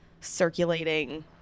circulating